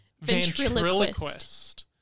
ventriloquist